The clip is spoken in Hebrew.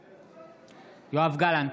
בעד יואב גלנט,